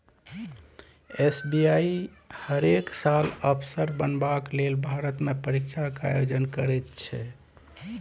SBI हरेक साल अफसर बनबाक लेल भारतमे परीक्षाक आयोजन करैत छै